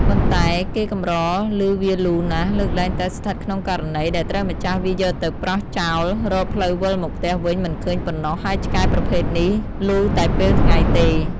ប៉ុន្តែ គេកម្រឮវាលូណាស់លើកលែងតែស្ថិតក្នុងករណី ដែលត្រូវម្ចាស់វាយកទៅប្រោសចោល រកផ្លូវវិលមកផ្ទះវិញមិនឃើញប៉ុណ្ណោះ ហើយឆ្កែប្រភេទនេះលូតែពេលថ្ងៃទេ។